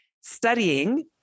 studying